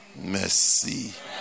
mercy